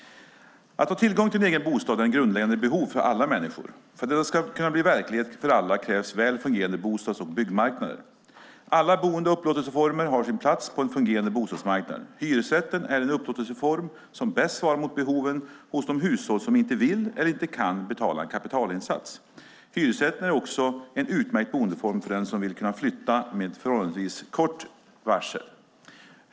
Att ha tillgång till en egen bostad är ett grundläggande behov för alla människor. För att detta ska kunna bli verklighet för alla krävs väl fungerande bostads och byggmarknader. Alla boende och upplåtelseformer har sin plats på en fungerande bostadsmarknad. Hyresrätten är den upplåtelseform som bäst svarar mot behoven hos de hushåll som inte vill eller inte kan betala en kapitalinsats. Detta innebär också att det är en utmärkt boendeform för den som vill kunna flytta med förhållandevis kort varsel.